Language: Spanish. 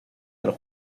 del